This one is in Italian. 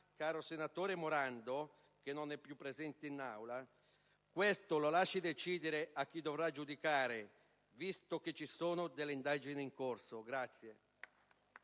caro senatore Morando (che non è più presente in Aula), questo lo lasci decidere a chi dovrà giudicare, visto che ci sono delle indagini in corso.